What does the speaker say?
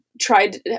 tried